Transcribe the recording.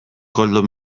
koldo